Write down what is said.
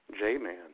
J-Man